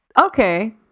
okay